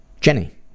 Jenny